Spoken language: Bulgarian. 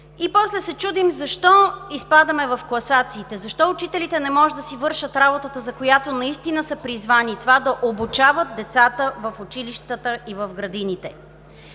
И после се чудим защо изпадаме в класациите, защо учителите не могат да си вършат работата, за която наистина са призвани – да обучават децата в училищата и в градините.